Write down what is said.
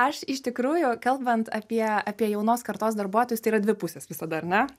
aš iš tikrųjų kalbant apie apie jaunos kartos darbuotojus tai yra dvi pusės visada ar ne